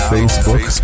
Facebook